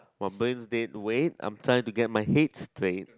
my brain's dead weight I'm trying to get my head straight